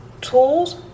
tools